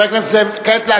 חבר הכנסת זאב,